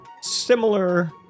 similar